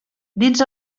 dins